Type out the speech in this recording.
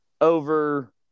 over